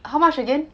how much again